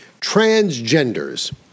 Transgenders